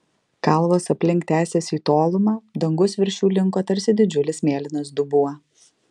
kalvos aplink tęsėsi į tolumą dangus virš jų linko tarsi didžiulis mėlynas dubuo